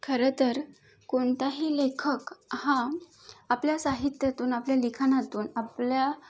खरंतर कोणताही लेखक हा आपल्या साहित्यातून आपल्या लिखाणातून आपल्या